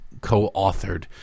co-authored